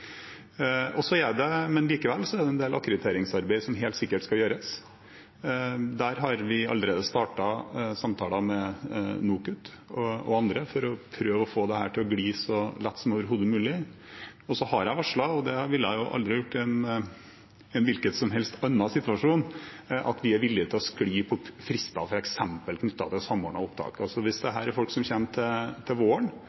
Likevel er det en del akkrediteringsarbeid som helt sikkert skal gjøres. Der har vi allerede startet samtaler med NOKUT og andre for å prøve å få dette til å gli så lett som overhodet mulig. Jeg har varslet – og det ville jeg aldri ha gjort i en hvilken som helst annen situasjon – at vi er villig til å skli på frister, f.eks. knyttet til Samordna opptak. Hvis dette er folk som kommer til våren, og som skal ha førstegangsopptak på norske universiteter og høyskoler, er det